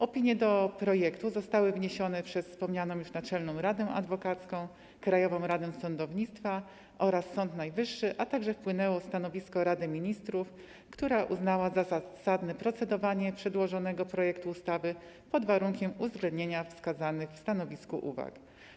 Opinie na temat projektu zostały wniesione przez wspomnianą już Naczelną Radę Adwokacką, Krajową Radę Sądownictwa oraz Sąd Najwyższy, a także wpłynęło stanowisko Rady Ministrów, która uznała za zasadne procedowanie nad przedłożonym projektem ustawy pod warunkiem uzgodnienia wskazanych w stanowisku uwag.